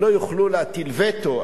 הן לא יוכלו להטיל וטו,